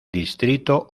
distrito